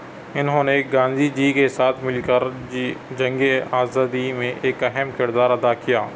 اِنہوں نے گاندھی جی کے ساتھ مِل کر جی جنگِ آزادی میں ایک اہم کردار ادا کیا